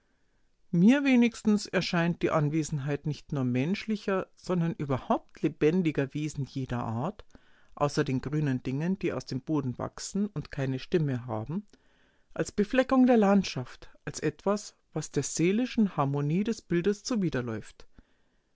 mir wenigstens erscheint die anwesenheit nicht nur menschlicher sondern überhaupt lebendiger wesen jeder art außer den grünen dingen die aus dem boden wachsen und keine stimme haben als befleckung der landschaft als etwas was der seelischen harmonie des bildes